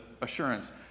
assurance